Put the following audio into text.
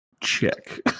Check